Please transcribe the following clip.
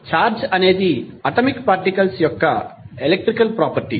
charge అనేది atomic particles యొక్క electrical property